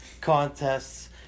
contests